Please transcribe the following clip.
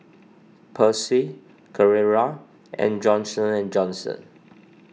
Persil Carrera and Johnson and Johnson